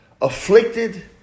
afflicted